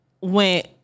went